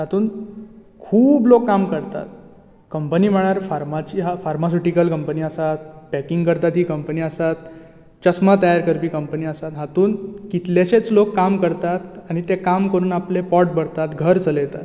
तातूंत खूब लोक काम करतात कंपनी म्हळ्यार फार्माची आसा फार्मासिटीकल कंपनी आसात पॅकींग करता ती कंपनी आसात चस्मा तयार करपी कंपनी आसात हातून कितलेशेच लोक काम करतात आनी ते काम करुन आपले पोट भरतात घर चलयतात